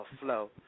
flow